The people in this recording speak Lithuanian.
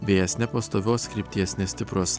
vėjas nepastovios krypties nestiprus